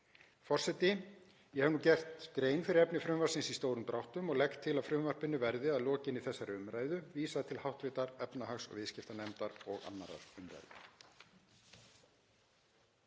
Forseti. Ég hef nú gert grein fyrir efni frumvarpsins í stórum dráttum og legg til að frumvarpinu verði að lokinni þessari umræðu vísað til hv. efnahags- og viðskiptanefndar og 2. umræðu.